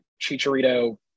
Chicharito